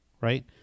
right